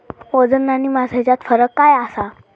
वजन आणि मास हेच्यात फरक काय आसा?